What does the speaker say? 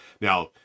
Now